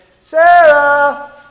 Sarah